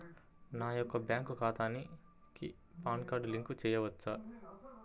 నా యొక్క బ్యాంక్ ఖాతాకి పాన్ కార్డ్ లింక్ చేయవచ్చా?